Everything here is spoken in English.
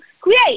create